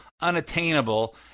unattainable